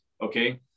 okay